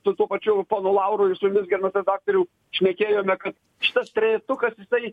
su tuo pačiu ponu lauru ir su jumis gerbiamas redaktoriau šnekėjome kad šitas trejetukas jisai